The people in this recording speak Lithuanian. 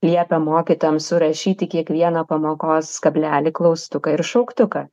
liepia mokytojams surašyti kiekvieną pamokos kablelį klaustuką ir šauktuką